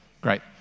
great